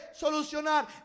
solucionar